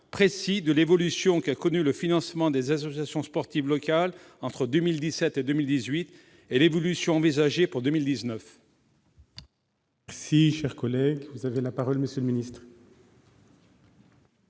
précis de l'évolution qu'a connue le financement des associations sportives locales entre 2017 et 2018 et de connaître l'évolution envisagée pour 2019